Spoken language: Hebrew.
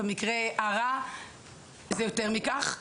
במקרה הרע זה יותר מכך.